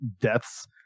deaths